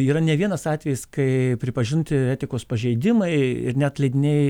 yra ne vienas atvejis kai pripažinti etikos pažeidimai ir net leidiniai